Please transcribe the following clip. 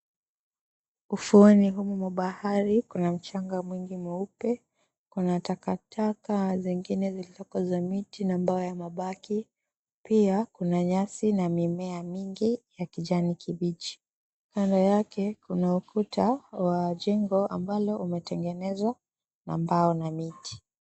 Ufuoni humu mwa bahari, kuna mchanga mwingi mweupe, kuna takataka zingine zilizoko za miti na mbao ya mabaki. Pia kuna nyasi na mimea mingi ya kijani kibichi. Kando yake kuna ukuta wa jengo ambalo umetengenezwa na mbao na miti.